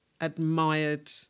admired